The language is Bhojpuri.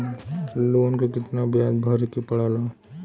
लोन के कितना ब्याज भरे के पड़े ला?